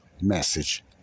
message